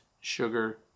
sugar